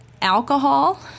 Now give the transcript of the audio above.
Alcohol